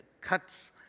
cuts